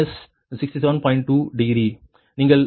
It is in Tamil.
2 டிகிரி நீங்கள் 0